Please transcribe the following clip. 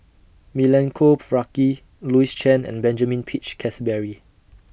Milenko Prvacki Louis Chen and Benjamin Peach Keasberry